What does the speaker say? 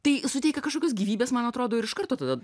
tai suteikia kažkokios gyvybės man atrodo ir iš karto tada